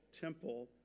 temple